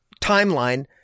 timeline